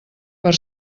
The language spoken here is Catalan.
per